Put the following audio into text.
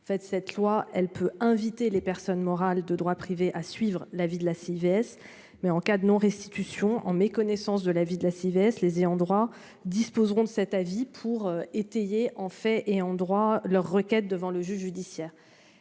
cette loi, elle peut inviter les personnes morales de droit privé à suivre l'avis de la si vs mais en cas de non-restitution en méconnaissance de la vie de la Civette les ayants droit disposeront de cet avis pour étayer en fait et en droit leur requête devant le juge judiciaire.